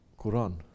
Qur'an